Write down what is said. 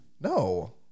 No